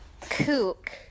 kook